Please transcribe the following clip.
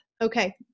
Okay